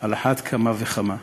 על אחת כמה וכמה,